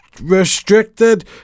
restricted